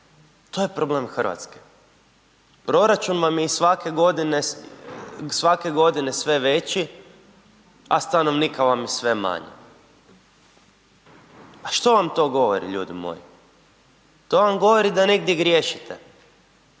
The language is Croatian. to je problem Hrvatske. Proračun vam je i svake godine, svake godine sve veći, a stanovnika vam je sve manje. A što vam to govori ljudi moji, to vam govori da negdje griješite